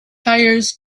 hires